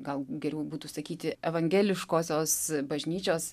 gal geriau būtų sakyti evangeliškosios bažnyčios